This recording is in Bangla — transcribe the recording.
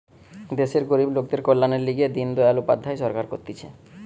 দেশের গরিব লোকদের কল্যাণের লিগে দিন দয়াল উপাধ্যায় সরকার করতিছে